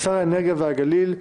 שר האנרגיה והגליל,